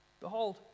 Behold